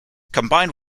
combined